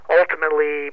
ultimately